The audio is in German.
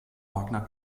wagner